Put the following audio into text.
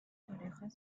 orejas